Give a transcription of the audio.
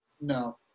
No